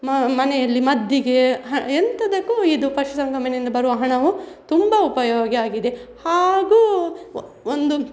ಮನೆಯಲ್ಲಿ ಮದ್ದಿಗೆ ಹ ಎಂಥದಕ್ಕೂ ಇದು ಪಶುಸಂಗೋಪನೆಯಿಂದ ಬರುವ ಹಣವು ತುಂಬ ಉಪಯೋಗ ಆಗಿದೆ ಹಾಗೂ ಒಂದು